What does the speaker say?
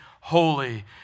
holy